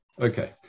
Okay